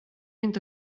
inte